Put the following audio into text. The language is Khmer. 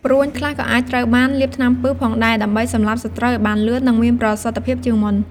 ព្រួញខ្លះក៏អាចត្រូវបានលាបថ្នាំពិសផងដែរ ដើម្បីសម្លាប់សត្រូវឱ្យបានលឿន និងមានប្រសិទ្ធភាពជាងមុន។